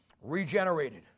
Regenerated